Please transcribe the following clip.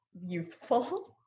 youthful